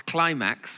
Climax